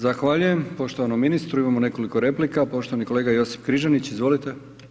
Zahvaljujem poštovanom ministru, imamo nekoliko replika, poštovani kolega Josip Križanić, izvolite.